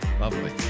Lovely